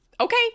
Okay